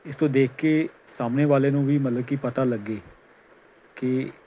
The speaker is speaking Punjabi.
ਇਸ ਤੋਂ ਦੇਖ ਕੇ ਸਾਹਮਣੇ ਵਾਲੇ ਨੂੰ ਵੀ ਮਤਲਬ ਕਿ ਪਤਾ ਲੱਗੇ